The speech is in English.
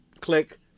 click